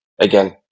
again